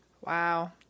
Wow